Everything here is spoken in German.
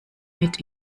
mit